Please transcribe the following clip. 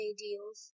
deals